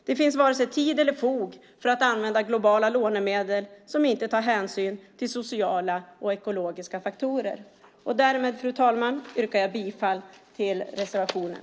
Det finns inte vare sig tid eller fog för att använda globala lånemedel som inte tar hänsyn till sociala och ekologiska faktorer. Därmed yrkar jag bifall till reservationen.